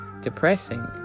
depressing